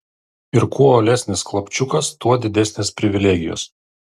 ir kuo uolesnis klapčiukas tuo didesnės privilegijos